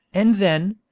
and then,